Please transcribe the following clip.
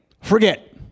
forget